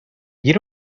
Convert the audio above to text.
you